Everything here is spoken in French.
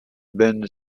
band